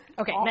okay